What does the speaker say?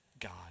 God